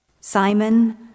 Simon